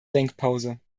denkpause